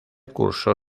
cursó